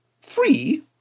Three